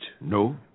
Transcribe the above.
No